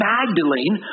Magdalene